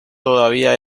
todavía